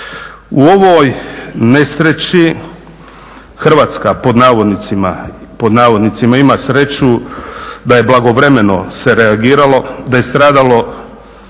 U ovoj nesreći Hrvatska ima pod navodnicima "sreću" da je pravovremeno se reagiralo, da je stradalo